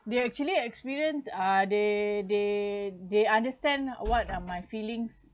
they actually experience uh they they they understand what are my feelings